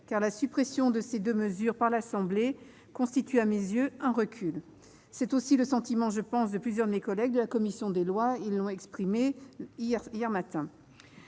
car la suppression de ces deux mesures par l'Assemblée nationale constitue à mes yeux un recul. C'est aussi le sentiment de plusieurs de mes collègues de la commission des lois, comme ils l'ont indiqué hier matin.